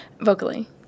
vocally